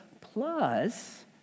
plus